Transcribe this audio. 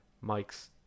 Mike's